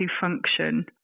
function